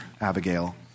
Abigail